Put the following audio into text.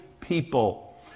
people